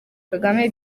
kagame